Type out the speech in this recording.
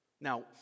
Now